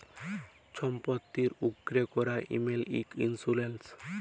ছম্পত্তির উপ্রে ক্যরা ইমল ইক ইল্সুরেল্স